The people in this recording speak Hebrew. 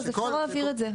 אז אפשר להבהיר את זה.